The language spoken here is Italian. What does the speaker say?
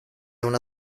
una